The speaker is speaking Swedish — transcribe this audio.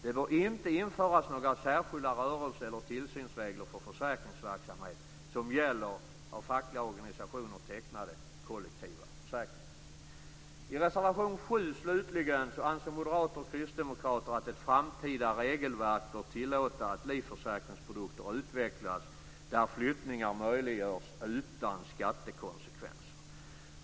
Det bör inte införas några särskilda rörelse eller tillsynsregler för försäkringsverksamhet som gäller kollektiva försäkringar som tecknats av fackliga organisationer. I reservation 7 anser moderater och kristdemokrater att ett framtida regelverk bör tillåta utvecklingen av livförsäkringsprodukter där flyttningar möjliggörs utan skattekonsekvenser.